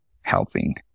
helping